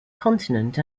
continent